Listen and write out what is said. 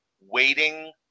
waiting